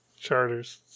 charters